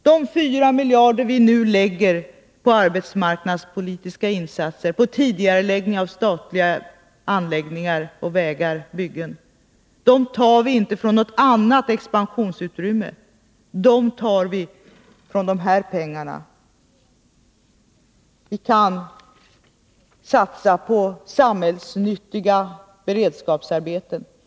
De 4 miljarder som vi nu lägger ned på arbetsmarknadspolitiska insatser, på tidigareläggning av statliga anläggningar, på vägar och byggen tar vi inte från något annat expansionsutrymme, utan de tar vi från de här pengarna. Vi kan satsa på samhällsnyttiga beredskapsarbeten.